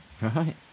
Right